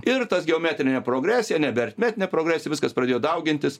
ir tas geometrine progresija nebe aritmetine progresija viskas pradėjo daugintis